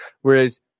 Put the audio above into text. Whereas